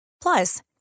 Plus